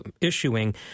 issuing